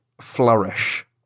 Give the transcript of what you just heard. flourish